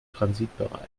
transitbereich